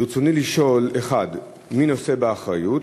ברצוני לשאול: 1. מי נושא באחריות?